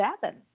seven